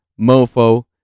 mofo